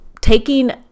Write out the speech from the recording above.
taking